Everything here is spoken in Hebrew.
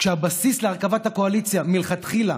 כשהבסיס להרכבת הקואליציה מלכתחילה